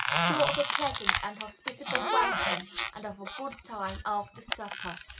sure of a pleasant and hospitable welcome and of a good time after supper,